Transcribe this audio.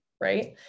right